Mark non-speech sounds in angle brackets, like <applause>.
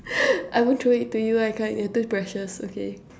<laughs> I won't throw it to you I can't it's too precious okay